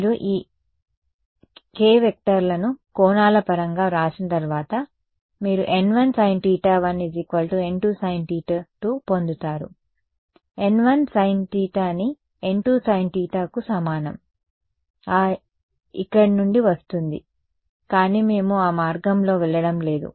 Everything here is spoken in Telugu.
మీరు మీ ఈ k వెక్టర్లను కోణాల పరంగా వ్రాసిన తర్వాత మీరు n1sin θ1 n2sin θ2 పొందుతారు n1 sin తీటాని n 2 sin తీటాకు సమానం ఆ ఇక్కడ నుండి వస్తుంది కానీ మేము ఆ మార్గంలో వెళ్ళడం లేదు